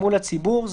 מפורט וזה